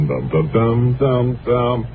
Dum-dum-dum-dum-dum